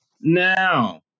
Now